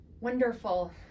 Wonderful